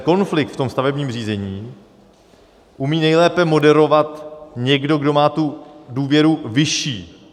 Konflikt v stavebním řízení umí nejlépe moderovat někdo, kdo má tu důvěru vyšší.